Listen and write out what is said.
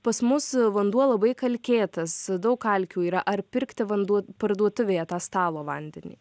pas mus vanduo labai kalkėtas daug kalkių yra ar pirkti vanduo parduotuvėje tą stalo vandenį